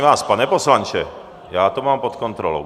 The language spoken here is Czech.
Prosím vás, pane poslanče, já to mám pod kontrolou.